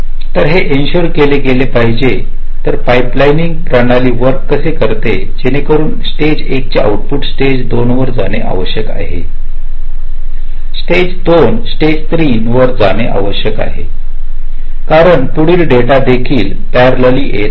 तर हे एनशुअर केले गेले असेल तरच पाइपलाइनिंग प्रोपली वर्क करेल जेणेकरून स्टेज 1 चे आउटपुट स्टेज 2 वर जाणे आवश्यक आहे स्टेज 2 स्टेज 3 वर जाणे कारण पुढील डेटा देखील परळलेली येत आहे